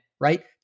right